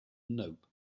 nope